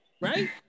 Right